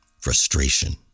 Frustration